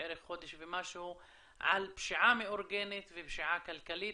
בערך חודש ומשהו על פשיעה מאורגנת ופשיעה כלכלית,